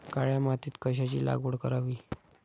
काळ्या मातीत कशाची लागवड करावी?